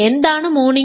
എന്താണ് മോണിക്